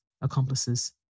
accomplices